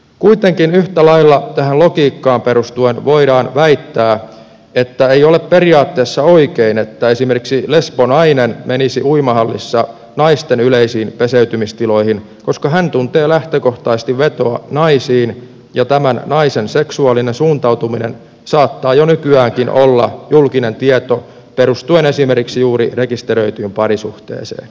kuitenkin yhtä lailla tähän logiikkaan perustuen voidaan väittää että ei ole periaatteessa oikein että esimerkiksi lesbonainen menisi uimahallissa naisten yleisiin peseytymistiloihin koska hän tuntee lähtökohtaisesti vetoa naisiin ja tämän naisen seksuaalinen suuntautuminen saattaa jo nykyäänkin olla julkinen tieto perustuen esimerkiksi juuri rekisteröityyn parisuhteeseen